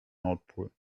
nordpol